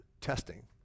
testing